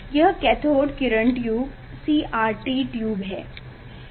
यह कैथोड किरण tube CRT tube है